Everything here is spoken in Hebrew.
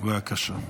בבקשה.